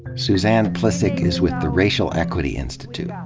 suzanne plihcik is with the racial equity institute.